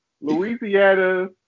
Louisiana